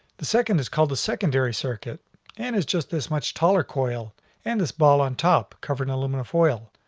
the second is called the secondary circuit and is just this much taller coil and this ball on top covered in almuminum foil,